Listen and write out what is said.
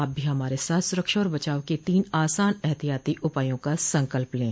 आप भी हमारे साथ सुरक्षा और बचाव के तीन आसान एहतियाती उपायों का संकल्प लें